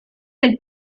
del